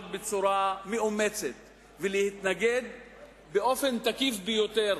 בצורה מאומצת ולהתנגד באופן תקיף ביותר